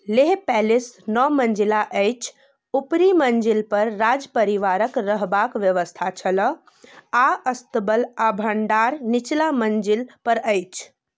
Leh palace नओ मञ्जिला अछि ऊपरी मञ्जिल पर राजपरिवारक रहबाक व्यवस्था छल आ अस्तबल आ भण्डार निचला मञ्जिल पर अछि